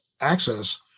access